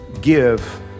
give